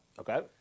Okay